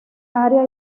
área